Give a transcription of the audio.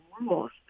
rules